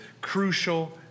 crucial